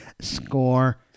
score